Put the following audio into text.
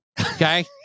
Okay